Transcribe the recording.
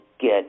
get